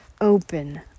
open